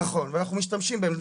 נכון, ואנחנו משתמשים בהן.